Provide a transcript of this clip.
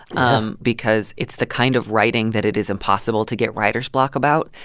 um because it's the kind of writing that it is impossible to get writer's block about.